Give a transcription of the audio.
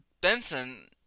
Benson